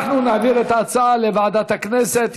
אנחנו נעביר את ההצעה לוועדת הכנסת.